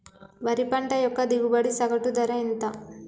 వరి పంట యొక్క దిగుబడి సగటు ధర ఎంత?